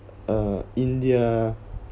uh india